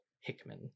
Hickman